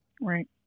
Right